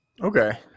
Okay